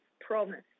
promise